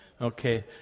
Okay